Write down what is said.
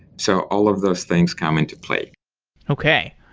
so all of those things come into play okay.